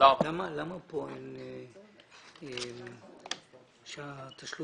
אנחנו מצביעים על סעיף 76